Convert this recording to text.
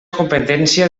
competència